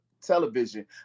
television